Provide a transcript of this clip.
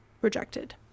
rejected